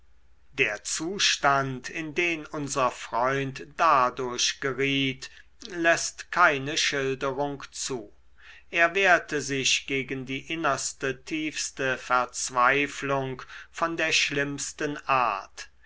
der zustand in den unser freund dadurch geriet läßt keine schilderung zu er wehrte sich gegen die innerste tiefste verzweiflung von der schlimmsten art